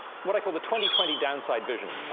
what i call the twenty twenty downside vision,